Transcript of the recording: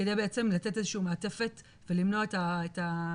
כדי בעצם לתת איזושהי מעטפת ולמנוע את החזרתיות.